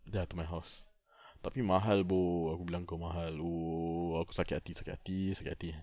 ya to my house tapi mahal bro aku bilang kau mahal oo aku sakit hati sakit hati sakit hati